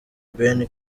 ben